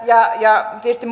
ja ja tietysti